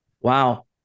Wow